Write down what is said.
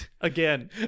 again